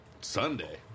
Sunday